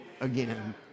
again